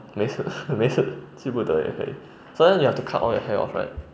没事 没事 记不得也可以 so then you have to cut all your hair off right